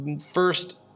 First